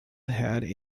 had